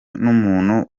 n’umuntu